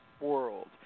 world